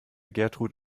gertrud